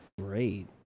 great